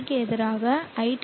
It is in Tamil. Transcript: க்கு எதிராக iT